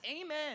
amen